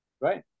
Right